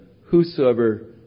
Whosoever